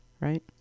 right